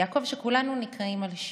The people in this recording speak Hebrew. יעקב שכולנו נקראים על שמו,